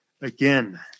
again